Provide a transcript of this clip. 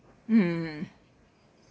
hmm